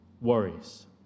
worries